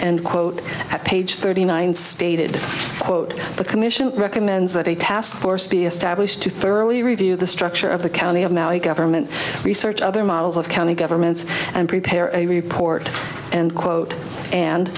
and quote at page thirty nine stated quote the commission recommends that a task force be established to thoroughly review the structure of the county of maui government research other models of county governments and prepare a report and quote an